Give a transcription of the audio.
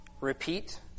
repeat